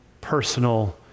personal